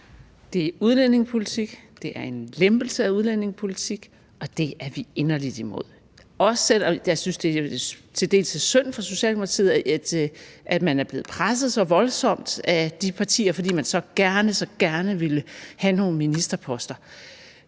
Det er udlændingepolitik, det er en lempelse af udlændingepolitikken, og det er vi inderligt imod – også selv om jeg synes, at det til dels er synd for Socialdemokratiet, at man er blevet presset så voldsomt af de partier, fordi man så gerne, så gerne ville have nogle ministerposter.